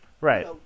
right